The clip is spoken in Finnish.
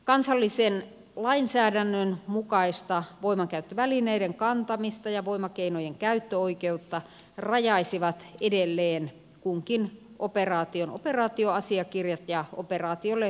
kansallisen lainsäädännön mukaista voimankäyttövälineiden kantamista ja voimakeinojen käyttöoikeutta rajaisivat edelleen kunkin operaation operaatioasiakirjat ja operaatiolle vahvistetut voimankäyttösäännöt